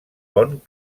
bon